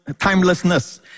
Timelessness